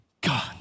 God